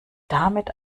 damit